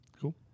cool